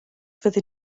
fyddi